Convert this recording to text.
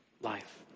life